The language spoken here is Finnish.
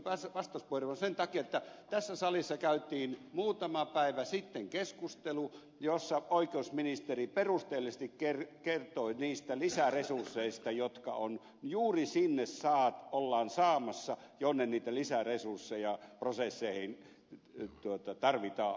varsinaisesti pyysin vastauspuheenvuoron sen takia että tässä salissa käytiin muutama päivä sitten keskustelu jossa oikeusministeri perusteellisesti kertoi niistä lisäresursseista jotka ollaan saamassa juuri sinne minne niitä lisäresursseja prosesseihin tarvitaan